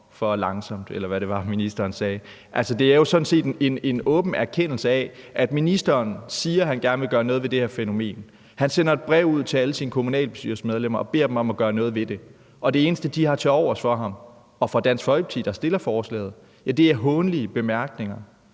for langsomt, eller hvad det var, ministeren sagde. Det er jo sådan set en åben erkendelse. Ministeren siger, at han gerne vil gøre noget ved det her fænomen. Han sender et brev ud til alle sine kommunalbestyrelsesmedlemmer og beder dem om at gøre noget ved det, og det eneste, de har tilovers for ham og for Dansk Folkeparti, der fremsætter forslaget, er hånlige bemærkninger.